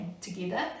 together